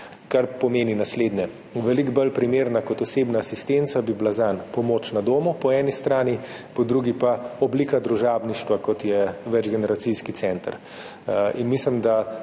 Kar pomeni naslednje. Veliko bolj primerna kot osebna asistenca bi bila zanj po eni strani pomoč na domu, po drugi pa oblika družabništva, kot je večgeneracijski center. Mislim, da